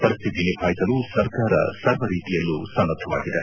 ಪರಿಸ್ಥಿತಿ ನಿಭಾಯಿಸಲು ಸರ್ಕಾರ ಸರ್ವ ರೀತಿಯಲ್ಲೂ ಸನ್ನದ್ದವಾಗಿದೆ